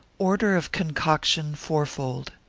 order of concoction fourfold.